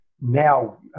now